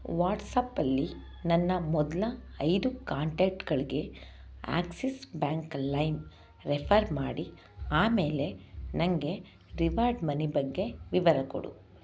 ವಾಟ್ಸ್ಆ್ಯಪಲ್ಲಿ ನನ್ನ ಮೊದಲ ಐದು ಕಾಂಟ್ಯಾಕ್ಟ್ಗಳಿಗೆ ಆಕ್ಸಿಸ್ ಬ್ಯಾಂಕ್ ಲೈಮ್ ರೆಫರ್ ಮಾಡಿ ಆಮೇಲೆ ನನಗೆ ರಿವಾರ್ಡ್ ಮನಿ ಬಗ್ಗೆ ವಿವರ ಕೊಡು